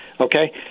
Okay